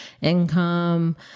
income